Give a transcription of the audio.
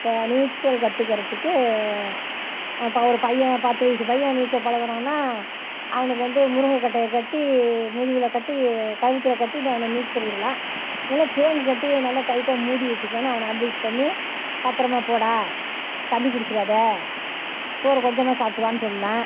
இப்போ நீச்சல் கற்றுக்கிறத்துக்கு இப்போ ஒரு பையன் பத்து வயதுப் பையன் நீச்சல் பழகுறான்னால் அவனுக்கு வந்து முருங்கைக் கட்டையை கட்டி முதுகில் கட்டி கயித்துல கட்டிட்டு அவனை நீச்சல் விடலாம் இல்லை கேன் கட்டி நல்லா டைட்டாக மூடி வச்சிக்கலான்னு அவனை அட்வைஸ் பண்ணி பத்திரமா போடா தண்ணி குடிச்சிடாத சோறு கொஞ்சமாக சாப்பிட்டு வான்னு சொல்லாம்